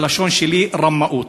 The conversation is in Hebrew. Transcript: בלשון שלי: רמאות.